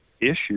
issues